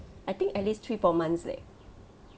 I think at least three four months leh